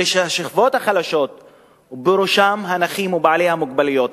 השכבות החלשות ובראשם הנכים ובעלי המוגבלויות.